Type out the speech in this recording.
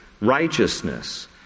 righteousness